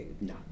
No